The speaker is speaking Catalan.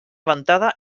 ventada